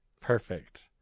Perfect